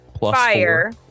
fire